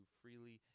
freely